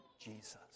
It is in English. Jesus